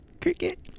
Cricket